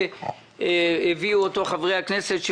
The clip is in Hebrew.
הביאו אותו חברי הכנסת,